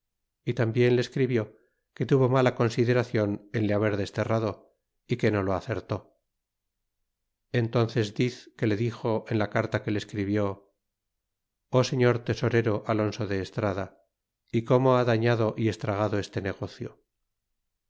y tambien le escribió que tuvo mala consideracion en le haber desterrado y que no lo acertó entánces diz que le dixo en la carta que le escribió o señor tesorero alonso de estrada y como ha dañado y estragado este negocio